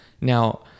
Now